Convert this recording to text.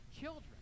children